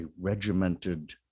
regimented